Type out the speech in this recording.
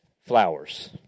flowers